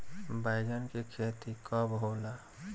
बैंगन के खेती कब होला?